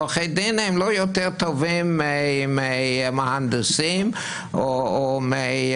עורכי דין הם לא יותר טובים ממהנדסים או מרופאים.